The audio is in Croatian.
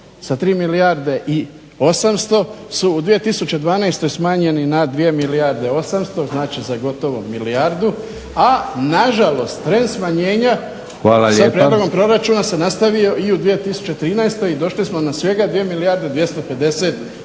sa 3 milijarde i 800 su u 2012.smanjeni na 2 milijarde 800 znači za gotovo milijardu, a nažalost trend smanjenja sa prijedlogom proračuna se nastavio i u 2013.i došli smo na svega 2 milijarde 250 milijuna